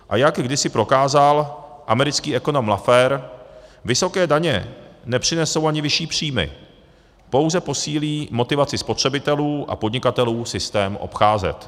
A jak kdysi prokázal americký ekonom Laffer, vysoké daně nepřinesou ani vyšší příjmy, pouze posílí motivaci spotřebitelů a podnikatelů systém obcházet.